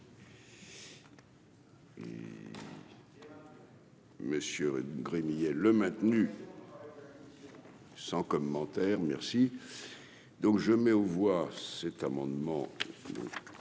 Messieurs Gremillet le maintenu. Sans commentaire, merci donc je mets aux voix cet amendement